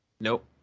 Nope